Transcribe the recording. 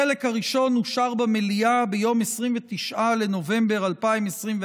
החלק הראשון אושר במליאה ביום 29 בנובמבר 2021,